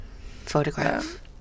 photograph